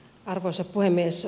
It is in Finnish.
arvoisa puhemies